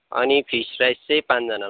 अनि fish rice चाहिँ पाँचजनालाई